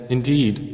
Indeed